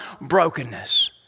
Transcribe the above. brokenness